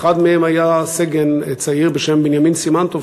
אחד מהם היה סגן צעיר בשם בנימין סימן-טוב,